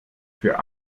für